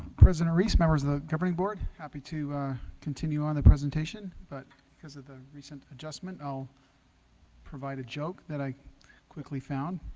president reese members of the governing board happy to continue on the presentation, but because of the recent adjustment i'll provide a joke that i quickly found